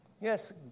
Yes